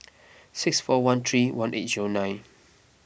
six four one three one eight zero nine